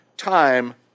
time